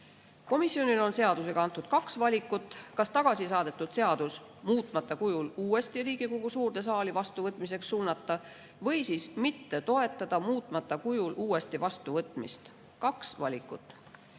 Komisjonile on seadusega antud kaks valikut: kas tagasi saadetud seadus muutmata kujul uuesti Riigikogu suurde saali vastuvõtmiseks suunata või mitte toetada muutmata kujul uuesti vastuvõtmist. Kaks valikut.9.